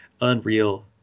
unreal